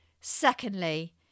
Secondly